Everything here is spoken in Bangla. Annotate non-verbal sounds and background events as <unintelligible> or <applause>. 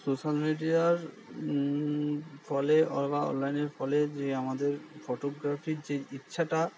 সোশ্যাল মিডিয়ার ফলে <unintelligible> অনলাইনের ফলে যে আমাদের ফটোগ্রাফির যে ইচ্ছাটা